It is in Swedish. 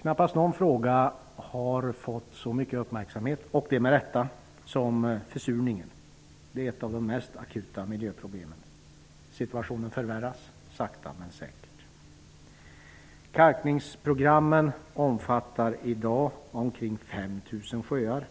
Knappast någon fråga har fått så mycket uppmärksamhet som försurningen, och det med rätta. Det är ett av de mest akuta miljöproblemen. Situationen förvärras sakta men säkert. Kalkningsprogrammen omfattar i dag omkring 5 000 sjöar.